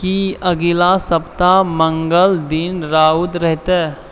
की अगिला सप्ताह मङ्गल दिन रउद रहतै